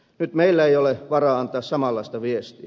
nyt meillä ei ole varaa antaa samanlaista viestiä